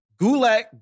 Gulak